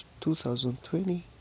2020